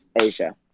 Asia